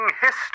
history